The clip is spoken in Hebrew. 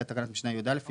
אחרי תקנת משנה (יא) יבוא: